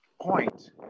point